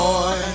Boy